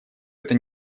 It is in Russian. это